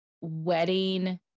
wedding